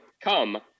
come